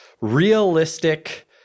realistic